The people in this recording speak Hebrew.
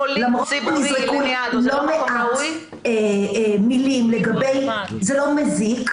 --- לא מעט מילים לגבי כך שזה לא מזיק.